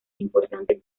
importantes